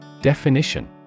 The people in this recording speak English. Definition